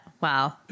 Wow